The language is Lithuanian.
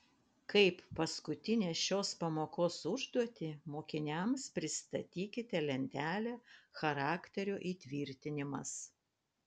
kaip paskutinę šios pamokos užduotį mokiniams pristatykite lentelę charakterio įtvirtinimas